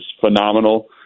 phenomenal